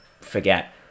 forget